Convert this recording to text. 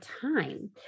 time